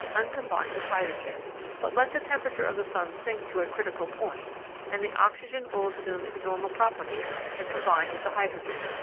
uncombined with hydrogen but let the temperature of the sun sink to a critical point and the oxygen will assume its normal properties and combine with the hydrogen,